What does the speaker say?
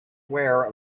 aware